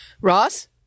Ross